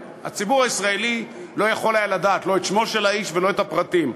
והציבור הישראלי לא יכול היה לדעת לא את שמו של האיש ולא את הפרטים,